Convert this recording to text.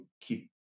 keep